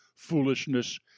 foolishness